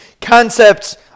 concepts